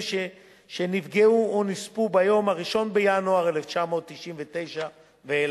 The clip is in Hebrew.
שנפגעו או נספו ביום 1 בינואר 1999 ואילך.